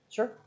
Sure